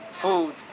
food